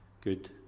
good